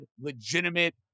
legitimate